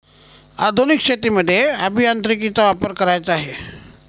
आधुनिक शेतीमध्ये अभियांत्रिकीचा वापर करायचा आहे